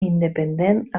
independent